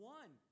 one